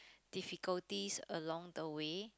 difficulties along the way